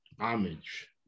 homage